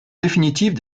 définitive